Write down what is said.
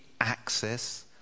access